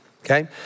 Okay